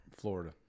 Florida